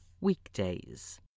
weekdays